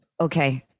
okay